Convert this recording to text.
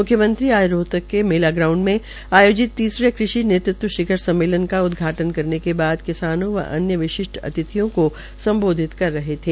मुख्यमंत्री आज रोहतक के मेला ग्राउंड में आयोजित तीसरे कृषि शिखर सम्मेलन का उदघाटन करने के बाद किसानों व अन्य विशिष्ट अतिथियों को सम्बोधित कर रहे थे